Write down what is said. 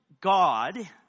God